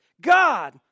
God